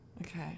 Okay